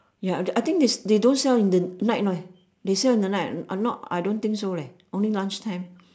ya I think this they don't sell in the night right they sell in the night I not I don't think so leh only lunch time